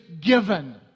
given